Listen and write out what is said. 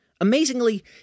Amazingly